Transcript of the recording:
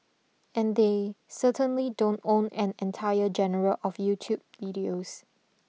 and they certainly don't own an entire general of YouTube videos